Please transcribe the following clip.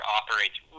operates